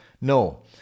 no